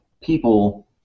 people